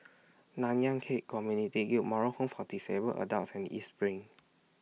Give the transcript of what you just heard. Nanyang Khek Community Guild Moral Home For Disabled Adults and East SPRING